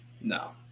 No